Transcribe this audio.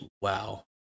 Wow